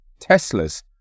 Teslas